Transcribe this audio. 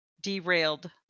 derailed